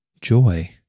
joy